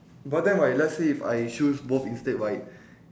but then right let's say if I choose both instead right